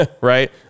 right